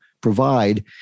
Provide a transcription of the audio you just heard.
provide